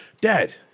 dad